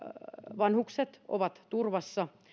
vanhukset ovat turvassa